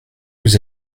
vous